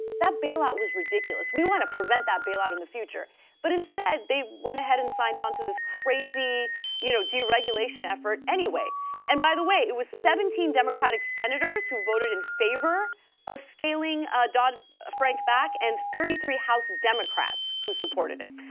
that bailout was ridiculous. we want to prevent that bailout in the future but instead they went ahead and signed onto this crazy you know deregulation effort anyway and by the way, it was seventeen democratic senators who voted in favor of scaling ah dodd-frank back and thirty three house democrats who supported it.